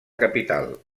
capital